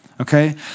okay